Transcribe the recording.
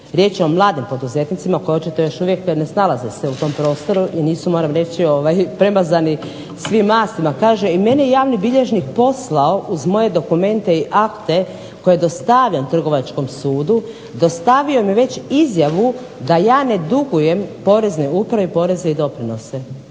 riječ je o mladim poduzetnicima koji očito još uvijek ne snalaze se u tom prostoru i nisu moram reći premazani svim mastima, kaže i mene je javni bilježnik poslao uz moje dokumente i akte koje dostavljam Trgovačkom sudu, dostavio mi je već izjavu da ja ne dugujem Poreznoj upravi poreze i doprinose.